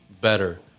better